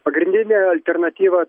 pagrindinė alternatyva